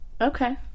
Okay